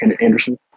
Anderson